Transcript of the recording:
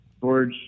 George